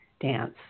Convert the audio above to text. dance